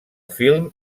film